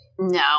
No